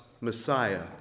Messiah